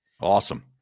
awesome